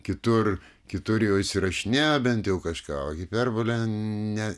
kitur kitur jau įsirašinėjo bent jau kažką o hiperbolė ne